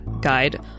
guide